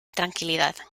tranquilidad